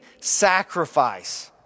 sacrifice